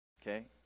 okay